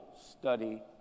study